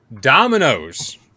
Dominoes